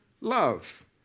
love